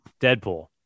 deadpool